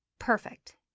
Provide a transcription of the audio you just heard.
perfect